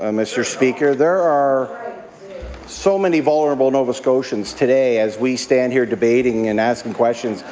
ah mr. speaker. there are so many vulnerable nova scotians today, as we stand here debating and asking questions,